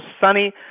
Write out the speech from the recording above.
sunny